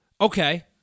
okay